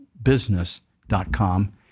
business.com